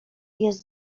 jest